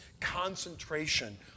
concentration